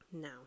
now